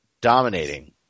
dominating